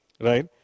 right